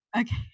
Okay